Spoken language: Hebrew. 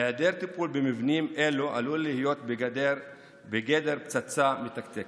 היעדר טיפול במבנים אלו עלול להיות בגדר פצצה מתקתקת.